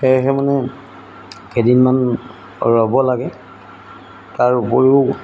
সেয়েহে মানে কেইদিনমান ৰ'ব লাগে তাৰ উপৰিও